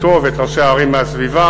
אותו ואת ראשי הערים מהסביבה,